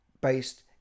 based